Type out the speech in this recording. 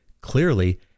Clearly